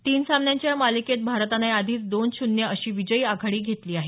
तीन सामन्यांच्या या मालिकेत भारतानं या आधीच दोन शून्य अशी विजयी आघाडी घेतली आहे